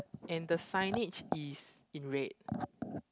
and the signage is in red